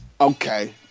Okay